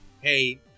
hey